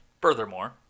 furthermore